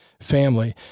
Family